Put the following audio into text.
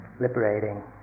liberating